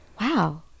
Wow